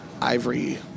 Ivory